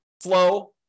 flow